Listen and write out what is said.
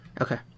Okay